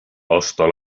hasta